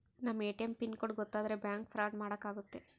ನಮ್ ATM pin code ಗೊತ್ತಾದ್ರೆ bank fraud ಮಾಡಾಕ ಆಗುತ್ತೆ